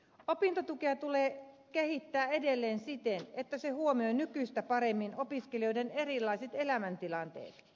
opintotukea tulee kehittää edelleen siten että se huomioi nykyistä paremmin opiskelijoiden erilaiset elämäntilanteet